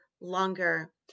longer